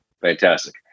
Fantastic